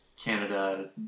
Canada